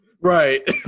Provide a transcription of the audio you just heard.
Right